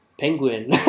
Penguin